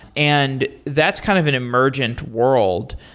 and that's kind of an emergent world,